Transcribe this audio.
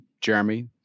Jeremy